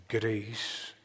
Grace